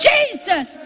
Jesus